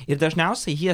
ir dažniausia jie